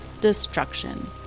destruction